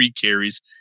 carries